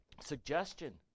suggestion